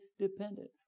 dependent